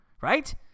Right